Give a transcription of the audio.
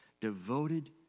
devoted